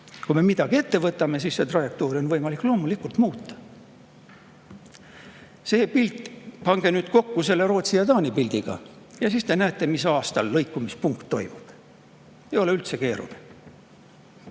Kui me midagi ette võtame, siis on seda trajektoori võimalik loomulikult muuta. Pange see pilt nüüd kokku selle Rootsi ja Taani pildiga ja siis te näete, mis aastal lõikumine toimub. Ei ole üldse